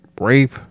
rape